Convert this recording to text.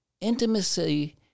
Intimacy